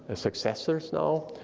ah successors now,